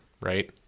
right